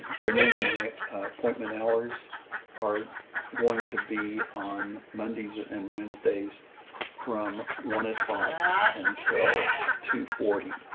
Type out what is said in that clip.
generally my appointment hours are going to be on mondays and wednesdays from one o'clock until two forty.